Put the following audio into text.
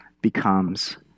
becomes